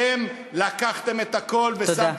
אתם לקחתם את הכול, תודה.